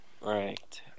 Right